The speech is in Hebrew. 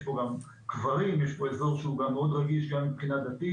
יש פה גם קברים ויש פה אזור שהוא מאוד רגיש גם מבחינה דתית